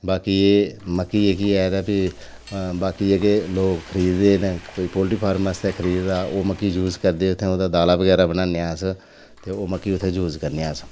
बाकी एह् मक्की जेह्की एह् ते बाकी जेह्के लोक खरीददे न कोई पोल्ट्री फार्म आस्तै खरीददा ओह् मक्की यूज करदे उत्थै ओह्दा दाला बनान्ने अस ते ओह् मक्की उत्थै यूज करने अस